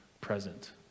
present